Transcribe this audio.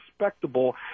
respectable